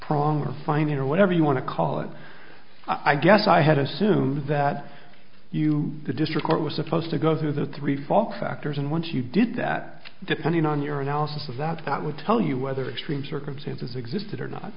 prong or finding or whatever you want to call it i guess i had assumed that you the district court was supposed to go through the three fall factors and once you did that depending on your analysis of that that would tell you whether extreme circumstances existed or not